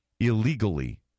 illegally